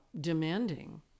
demanding